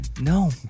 no